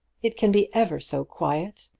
it can be ever so quiet.